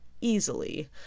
easily